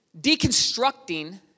deconstructing